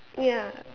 ya